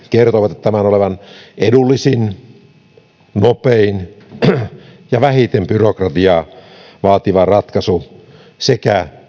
kertoivat tämän olevan edullisin nopein ja vähiten byrokratiaa vaativa ratkaisu sekä